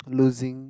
losing